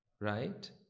right